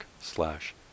slash